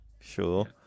sure